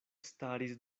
staris